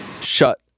Shut